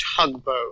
tugboat